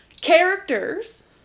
Characters